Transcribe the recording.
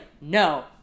no